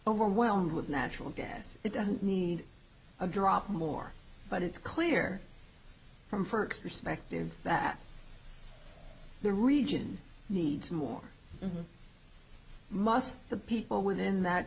overwhelmed with natural gas it doesn't need a drop more but it's clear from her perspective that the region needs more must the people within that